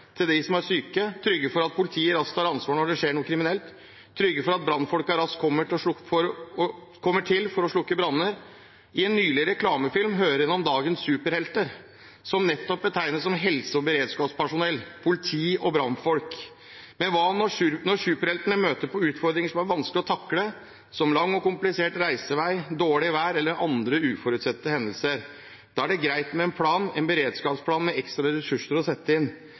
til dem som er syke, trygge for at politiet raskt tar ansvar når det skjer noe kriminelt, trygge for at brannfolk kommer til for å slukke branner. I en nylig reklamefilm hører vi om dagens superhelter, som nettopp betegnes som helse- og beredskapspersonell, politi og brannfolk. Men hva når superheltene møter utfordringer som er vanskelige å takle, som lang og komplisert reisevei, dårlig vær eller andre uforutsette hendelser? Da er det greit med en plan, en beredskapsplan med ekstra ressurser å sette inn.